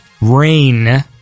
Rain